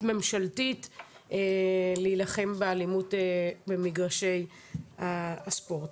ממשלתית להילחם באלימות במגרשי הספורט.